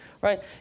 right